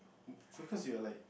because you are like